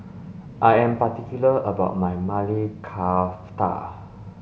I am particular about my Maili Kofta